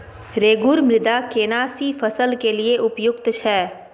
रेगुर मृदा केना सी फसल के लिये उपयुक्त छै?